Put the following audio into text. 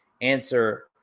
Answer